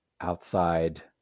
outside